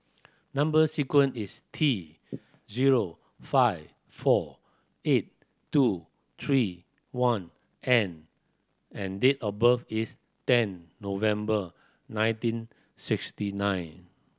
number sequence is T zero five four eight two three one N and date of birth is ten November nineteen sixty nine